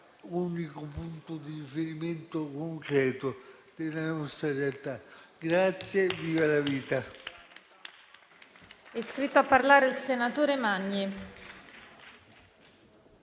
unico punto di riferimento concreto della nostra realtà. Grazie e viva la vita.